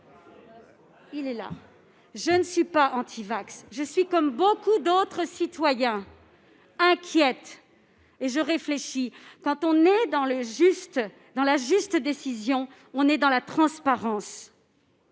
du tout ! Simplement, je suis, comme beaucoup d'autres citoyens, inquiète, et je réfléchis. Quand on est dans la juste décision, on est dans la transparence.